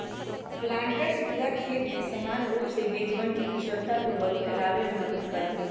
planters पूरा खेत में समान रूप से बीजवन के कुशलतापूर्वक फैलावे में मदद करा हई